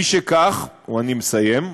מכיוון שכך, אני מסיים,